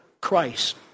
Christ